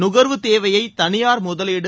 நுகர்வு தேவையை தனியார் முதலீடு